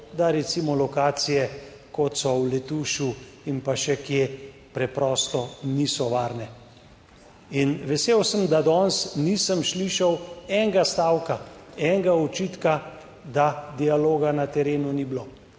da recimo lokacije, kot so v Letušu in pa še kje, preprosto niso varne. In vesel sem, da danes nisem slišal enega stavka, enega očitka, da dialoga na terenu ni bilo,